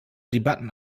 debatten